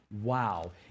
Wow